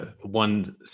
one